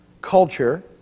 culture